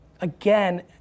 again